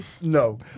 No